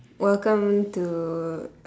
welcome to